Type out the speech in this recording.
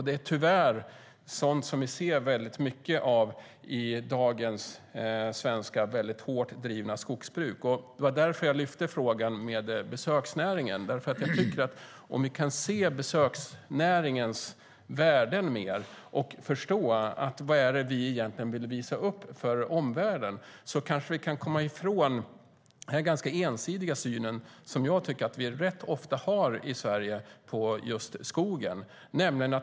Det är tyvärr sådant som vi ser väldigt mycket av i dagens svenska väldigt hårt drivna skogsbruk. Det var därför jag lyfte fram frågan med besöksnäringen. Om vi mer kan se besöksnäringens värden och förstå: Vad är det egentligen vi vill visa upp för omvärlden? Kanske vi kan komma ifrån den ganska ensidiga synen som vi rätt ofta har i Sverige på just skogen.